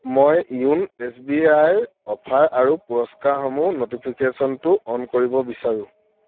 মই YONO S B আইৰ offer আৰু পুৰস্কাৰসমূহ ন'টিফিকেশ্যনটো অ'ন কৰিব বিচাৰোঁ